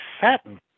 satin